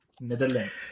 Netherlands